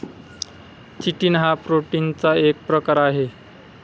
chitin हा प्रोटीनचा एक प्रकार आहे